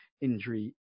injury